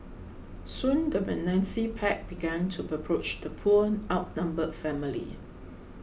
soon the menacing pack began to approach the poor outnumbered family